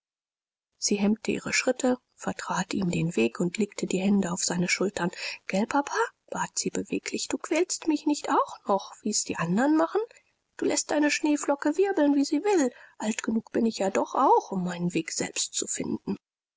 sie hemmte ihre schritte vertrat ihm den weg und legte die hände auf seine schultern gelt papa bat sie beweglich du quälst mich nicht auch noch wie es die andern machen du läßt deine schneeflocke wirbeln wie sie will alt genug bin ich ja doch auch um meinen weg selbst zu finden